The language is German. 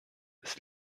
ist